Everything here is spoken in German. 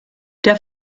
der